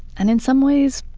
and in some ways,